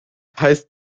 heißt